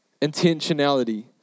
Intentionality